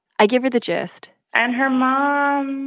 i give her the gist and her mom